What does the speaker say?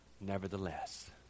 nevertheless